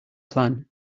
plan